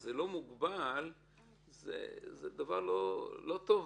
כשזה לא מוגבל זה דבר לא טוב.